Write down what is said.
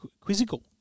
Quizzical